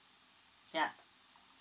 yup